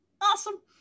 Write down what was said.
Awesome